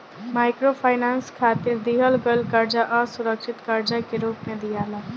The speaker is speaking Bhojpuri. माइक्रोफाइनांस खातिर दिहल गईल कर्जा असुरक्षित कर्जा के रूप में दियाला